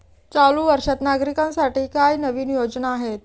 चालू वर्षात नागरिकांसाठी काय नवीन योजना आहेत?